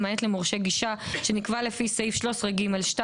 למעט למורשה גישה שנקבע לפי סעיף 13(ג)(2),